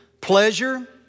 pleasure